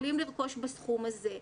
יכולים לרכוש בסכום הזה.